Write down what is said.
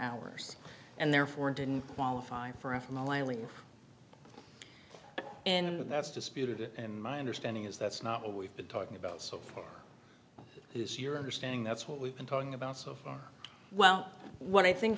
hours and therefore didn't qualify for a family and that's disputed and my understanding is that's not what we've been talking about so far is your understanding that's what we've been talking about so far well what i think